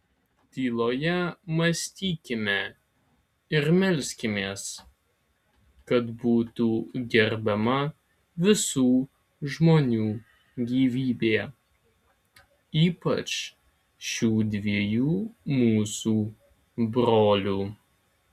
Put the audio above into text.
tyloje mąstykime ir melskimės kad būtų gerbiama visų žmonių gyvybė ypač šių dviejų mūsų brolių